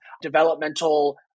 developmental